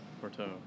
Porto